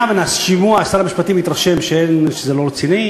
היה ובשימוע שר המשפטים התרשם שזה לא רציני,